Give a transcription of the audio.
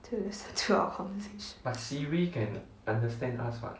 to listen to our conversation